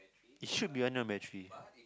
it should be under a tree